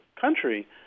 country